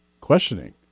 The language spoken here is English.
questioning